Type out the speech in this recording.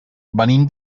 venim